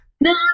no